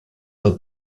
del